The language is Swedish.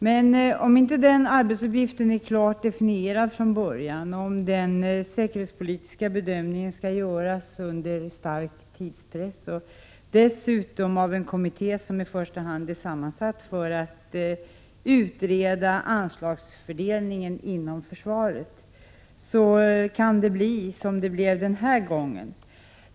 Men om inte den arbetsuppgiften är klart definierad från början och om den säkerhetspolitiska bedömningen skall göras under stark tidspress och dessutom av en kommitté som i första hand är sammansatt för att utreda anslagsfördelningen inom försvaret, då kan det bli som det blev den här gången.